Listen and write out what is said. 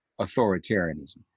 authoritarianism